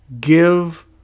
give